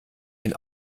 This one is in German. den